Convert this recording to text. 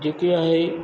जेके आहे